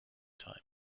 time